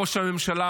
ראש הממשלה,